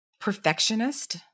perfectionist